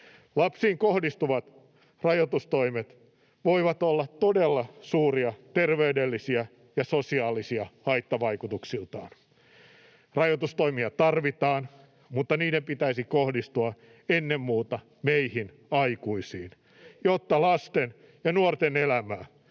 Lapsiin kohdistuvat rajoitustoimet voivat olla todella suuria terveydellisiltä ja sosiaalisilta haittavaikutuksiltaan. Rajoitustoimia tarvitaan, mutta niiden pitäisi kohdistua ennen muuta meihin aikuisiin, jotta lasten ja nuorten elämää